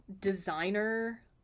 designer